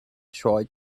tried